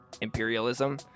Imperialism